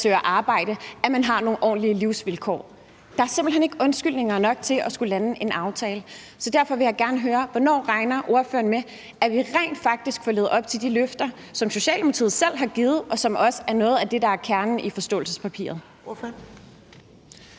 at man søger arbejde. Der er simpelt hen ikke undskyldninger nok til ikke at skulle lande en aftale. Så derfor vil jeg gerne høre: Hvornår regner ordføreren med at vi rent faktisk får levet op til de løfter, som Socialdemokratiet selv har givet, og som også er noget af det, der er kernen i forståelsespapiret?